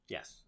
Yes